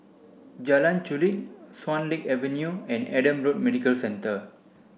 Jalan Chulek Swan Lake Avenue and Adam Road Medical Centre